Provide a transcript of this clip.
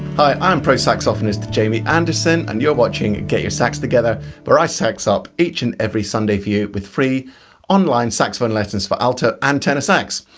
hi i'm pro saxophonist jamie anderson and you're watching get your sax together where i sax up each and every sunday for you with free online saxophone lessons for alto and um tenor sax.